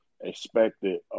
expected